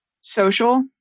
social